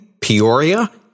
Peoria